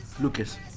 Lucas